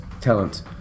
talent